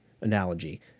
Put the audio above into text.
analogy